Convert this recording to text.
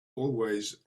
always